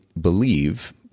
believe